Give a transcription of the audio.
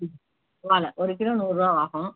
செவ்வாழை ஒரு கிலோ நூறுபா ஆகும்